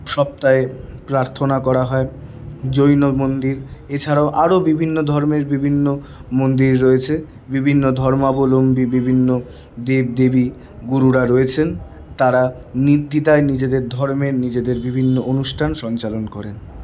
সপ্তাহে প্রার্থনা করা হয় জৈন মন্দির এছাড়াও আরো বিভিন্ন ধর্মের বিভিন্ন মন্দির রয়েছে বিভিন্ন ধর্মাবলম্বী বিভিন্ন দেবদেবী গুরুরা রয়েছেন তারা নির্দ্বিধায় নিজেদের ধর্মের নিজেদের বিভিন্ন অনুষ্ঠান সঞ্চালন করেন